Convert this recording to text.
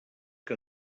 que